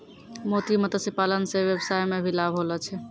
मोती मत्स्य पालन से वेवसाय मे भी लाभ होलो छै